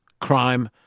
crime